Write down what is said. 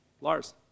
Lars